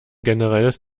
generelles